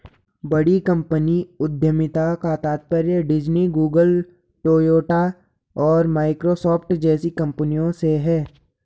बड़ी कंपनी उद्यमिता का तात्पर्य डिज्नी, गूगल, टोयोटा और माइक्रोसॉफ्ट जैसी कंपनियों से है